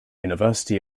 university